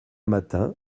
matin